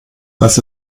das